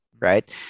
Right